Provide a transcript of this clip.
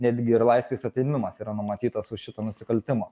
netgi ir laisvės atėmimas yra numatytas už šitą nusikaltimą